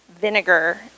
vinegar